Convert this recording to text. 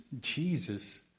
Jesus